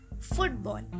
Football